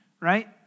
right